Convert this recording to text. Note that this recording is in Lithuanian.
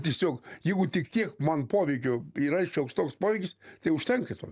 tiesiog jeigu tik tiek man poveikio yra šioks toks poveikis tai užtenka to